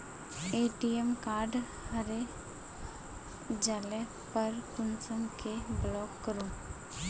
ATM card हरे जाले पर कुंसम के ब्लॉक करूम?